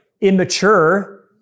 immature